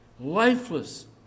lifeless